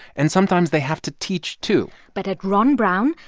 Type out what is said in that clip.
and sometimes, they have to teach, too but at ron brown,